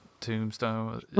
tombstone